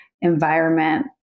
environment